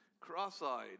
cross-eyed